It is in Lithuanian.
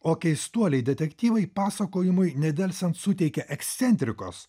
o keistuoliai detektyvai pasakojimui nedelsiant suteikia ekscentrikos